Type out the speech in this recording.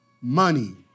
money